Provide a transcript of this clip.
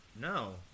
no